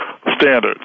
standards